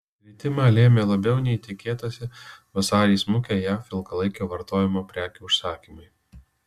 kritimą lėmė labiau nei tikėtasi vasarį smukę jav ilgalaikio vartojimo prekių užsakymai